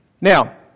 Now